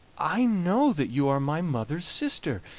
i know that you are my mother's sister,